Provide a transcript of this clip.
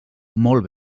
molt